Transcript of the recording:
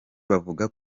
bavuga